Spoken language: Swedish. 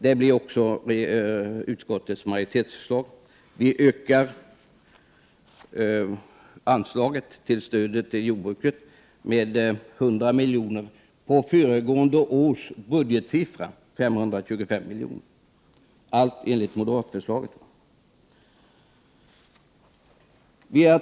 Det är också utskottsmajoritetens förslag. Anslaget till jordbruksstöd ökar med 100 milj.kr. jämfört med föregående års budgetbelopp 525 milj.kr., allt enligt moderatförslaget.